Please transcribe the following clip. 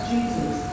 Jesus